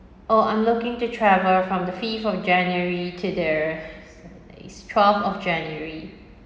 oh I'm looking to travel from the fifth of january to the twelve of january